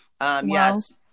yes